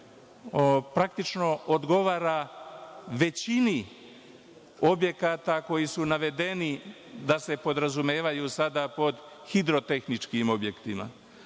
praktično odgovara većini objekata koji su navedeni da se podrazumevaju sada pod „hidrotehničkim objektima“.Zato